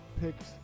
picks